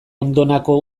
ondonako